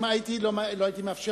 אני אסביר לך: לא הייתי מאפשר,